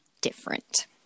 different